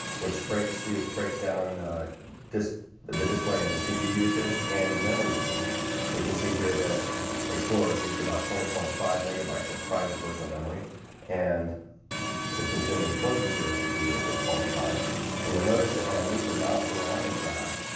which breaks you breaks down this the display into cpu usage and memory usage we can see here that explorers used about twenty point five megabytes of private virtual memory and is consuming close to zero cpu at this point in time and you'll notice that when i move the mouse around the graph?